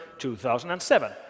2007